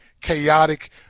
chaotic